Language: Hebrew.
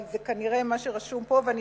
אבל זה כנראה מה שרשום פה,